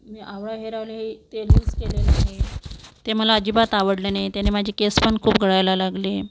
मी आवळा hair oil हे तेल युस केलेलं आहे ते मला अजिबात आवडलं नाही त्याने माझे केस पण खूप गळायला लागले